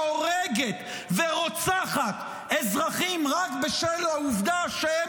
שהורגת ורוצחת אזרחים רק בשל העובדה שהם